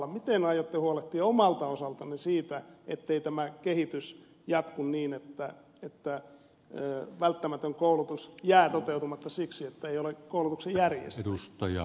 miten aiotte huolehtia omalta osaltanne siitä ettei tämä kehitys jatku niin että välttämätön koulutus jää toteutumatta siksi ettei ole koulutuksen järjestäjää